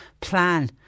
plan